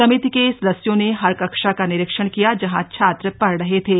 समिति के सदस्यों ने हर कक्षा का निरीक्षण किया जहां छात्र पढ़ रहे थे